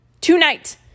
tonight